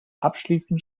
abschließend